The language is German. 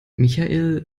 michael